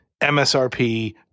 MSRP